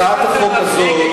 הצעת החוק הזאת,